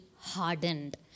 hardened